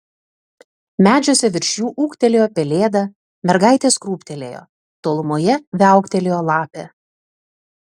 medžiuose virš jų ūktelėjo pelėda mergaitės krūptelėjo tolumoje viauktelėjo lapė